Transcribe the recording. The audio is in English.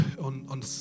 on